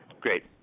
Great